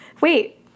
wait